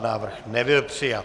Návrh nebyl přijat.